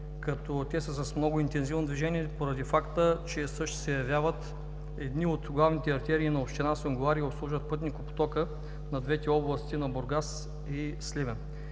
Те са с много интензивно движение, поради факта че също се явяват едни от главните артерии на община Сунгурларе и обслужват пътникопотока на двете области – Бургас и Сливен.